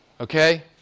Okay